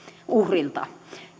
uhrilta